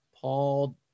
Paul